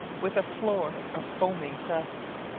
with a floor of foaming crests.